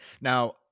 Now